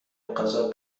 غذا